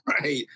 right